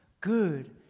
good